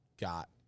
got